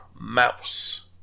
Mouse